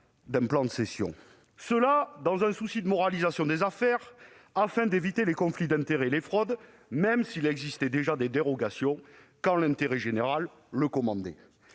d'un plan de cession, et ce dans un souci de moralisation des affaires, afin d'éviter les conflits d'intérêts et les fraudes, même s'il existait déjà des dérogations quand l'intérêt général le commandait.